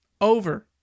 Over